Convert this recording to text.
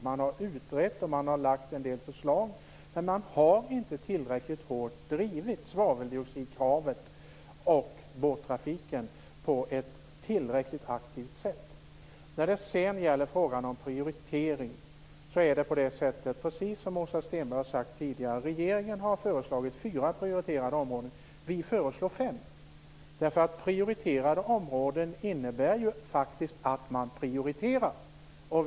Utredningar har gjorts och man har lagt fram en del förslag. Men regeringen har inte drivit kraven om svaveldioxidutsläpp från båttrafiken tillräckligt aktivt. Precis som Åsa Stenberg har sagt tidigare har regeringen föreslagit att fyra områden skall prioriteras. Vi föreslår fem. Prioriterade områden innebär faktiskt att man prioriterar.